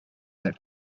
that